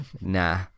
nah